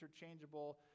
interchangeable